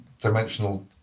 dimensional